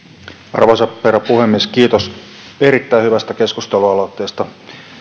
arvoisa herra puhemies kiitos erittäin hyvästä keskustelualoitteesta